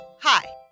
hi